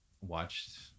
watched